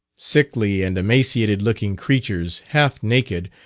sickly and emaciated-looking creatures, half naked,